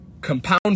compound